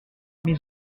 mais